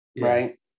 right